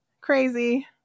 Crazy